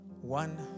One